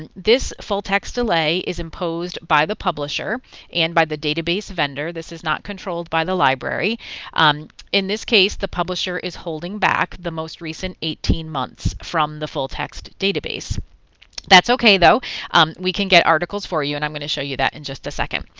and this full text delay is imposed by the publisher and by the database vendor this is not controlled by the library um in this case the publisher is holding back the most recent eighteen months from the full-text database that's ok though we can get articles for you and i'm gonna show you that in and just a second.